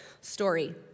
story